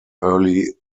early